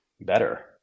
better